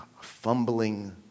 fumbling